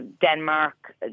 Denmark